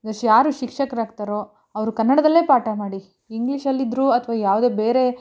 ಯಾರು ಶಿಕ್ಷಕರಾಗ್ತಾರೊ ಅವ್ರೂ ಕನ್ನಡದಲ್ಲೇ ಪಾಠ ಮಾಡಿ ಇಂಗ್ಲೀಷಲ್ಲಿದ್ದರು ಅಥವಾ ಯಾವುದೇ ಬೇರೆ